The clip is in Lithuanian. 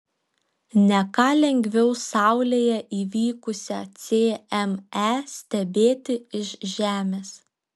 ne ką lengviau saulėje įvykusią cme stebėti iš žemės